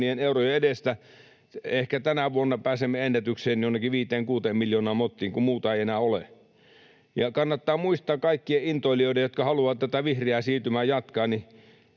eurojen edestä. Ehkä tänä vuonna pääsemme ennätykseen, jonnekin viiteen—kuuteen miljoonaan mottiin, kun muuta ei enää ole. Ja kannattaa muistaa kaikkien intoilijoiden, jotka haluavat tätä vihreää siirtymää jatkaa,